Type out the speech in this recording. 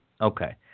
Okay